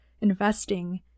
investing